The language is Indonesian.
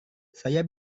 saya